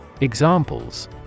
Examples